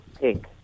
pink